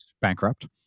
bankrupt